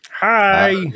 Hi